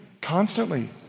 constantly